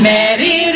Mary